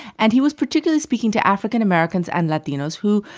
and he was particularly speaking to african americans and latinos who,